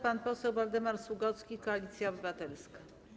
Pan poseł Waldemar Sługocki, Koalicja Obywatelska.